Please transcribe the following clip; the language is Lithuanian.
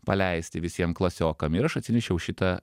paleisti visiem klasiokam ir aš atsinešiau šitą